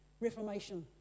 Reformation